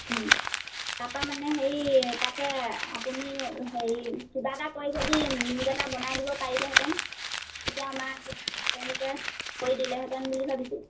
তাৰ পৰা মানে হেৰি তাকে আপুনি হেৰি কিবা এটা কৰি যদি নিউজ এটা বনাই দিব পাৰিলেহেতেন তেতিয়া আমাৰ কৰি দিলেহেতেন ভাবিছোঁ